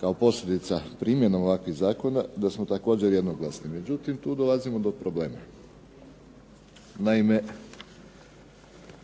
kao posljedica primjenom ovakvih zakona da smo također jednoglasni. Međutim, tu dolazimo do problema. Naime,